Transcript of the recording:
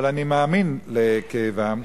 אבל אני מאמין לכאבם.